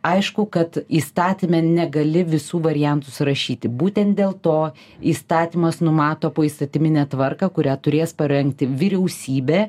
aišku kad įstatyme negali visų variantų surašyti būtent dėl to įstatymas numato poįstatyminę tvarką kurią turės parengti vyriausybė